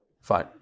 fine